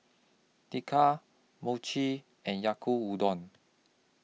Mochi and Yaku Udon